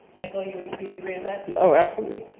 michael, you and you would agree with that? yeah oh, absolutely.